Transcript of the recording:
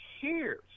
hears